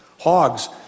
Hogs